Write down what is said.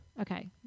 okay